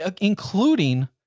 including